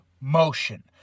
motion